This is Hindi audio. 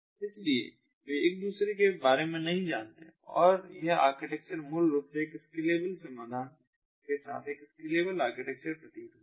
इसलिए वे एक दूसरे के बारे में नहीं जानते हैं और यह आर्किटेक्चर मूल रूप से एक स्केलेबल समाधान के साथ एक स्केलेबल आर्किटेक्चर प्रतीत होता है